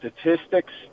statistics